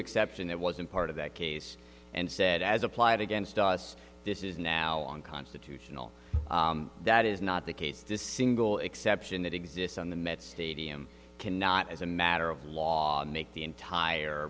exception that wasn't part of that case and said as applied against us this is now on constitutional that is not the case the single exception that exists on the met stadium cannot as a matter of law make the entire